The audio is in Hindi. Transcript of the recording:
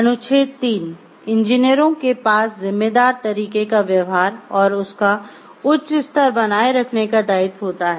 अनुच्छेद 3 इंजीनियरों के पास जिम्मेदार तरीके का व्यवहार और उसका उच्च स्तर बनाए रखने का दायित्व होता है